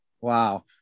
Wow